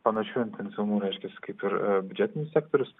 panašiu intensyvumu reiškias kaip ir biudžetinis sektorius